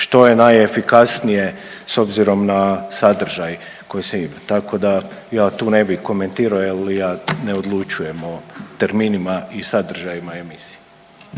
što je najefikasnije s obzirom na sadržaj koji se, tako da ja tu ne bi komentirao jel ja ne odlučujem o terminima i sadržajima emisije.